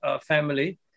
family